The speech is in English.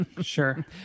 Sure